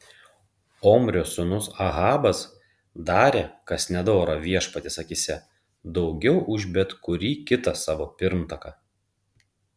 omrio sūnus ahabas darė kas nedora viešpaties akyse daugiau už bet kurį kitą savo pirmtaką